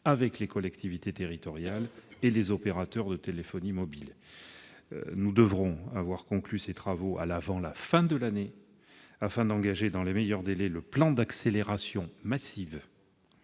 avec les collectivités territoriales et les opérateurs de téléphonie mobile. Nous devrons avoir conclu ces travaux avant la fin de l'année, afin d'engager dans les meilleurs délais le plan d'accélération massive